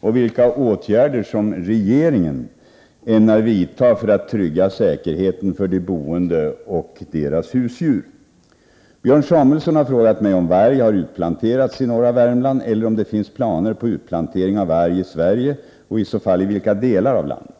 och vilka åtgärder som regeringen ämnar vidta för att trygga säkerheten för de boende och deras husdjur. Björn Samuelson har frågat mig om varg har utplanterats i norra Värmland eller om det finns planer på utplantering av varg i Sverige och i så fall i vilka delar av landet.